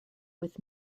with